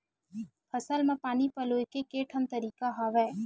फसल म पानी पलोय के केठन तरीका हवय?